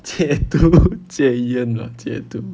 戒毒烟戒啦戒毒